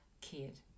kid